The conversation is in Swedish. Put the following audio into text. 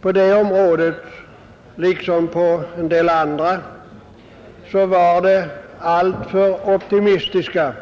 På det området liksom på en del andra var det alltför optimistiska